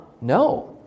No